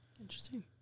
Interesting